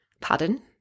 pardon